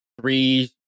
three